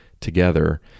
together